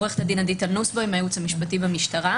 הייעוץ המשפטי, משטרת ישראל.